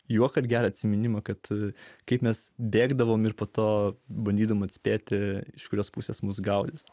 juoką ir gerą atsiminimą kad kaip mes bėgdavome ir po to bandydama atspėti iš kurios pusės mus gaudys